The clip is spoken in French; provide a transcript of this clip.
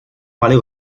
parler